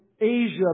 Asia